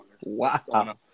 wow